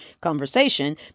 conversation